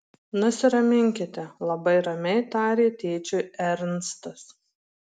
nusiraminkite labai ramiai tarė tėčiui ernstas